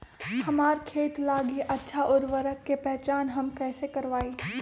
हमार खेत लागी अच्छा उर्वरक के पहचान हम कैसे करवाई?